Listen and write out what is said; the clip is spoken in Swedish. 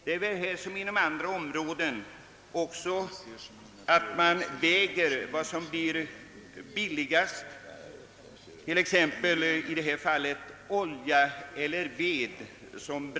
Där som på andra områden ser man säkert till vad som blir billigast. Och vilket bränsle är billigast, olja eller ved?